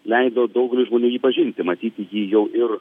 leido daugeliui žmonių jį pažinti matyti jį jau ir